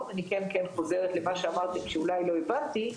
אני חוזרת למה שאמרתי שאולי לא הבהרתי,